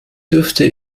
dürfte